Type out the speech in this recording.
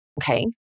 okay